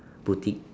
boutique